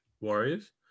Warriors